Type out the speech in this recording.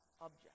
object